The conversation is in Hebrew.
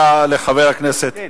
אתה כותב בהצעת החוק,